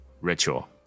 ritual